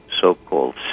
so-called